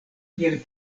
kiel